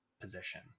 position